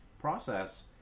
process